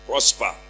Prosper